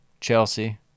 Chelsea